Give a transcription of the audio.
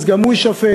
גם הוא יישפט,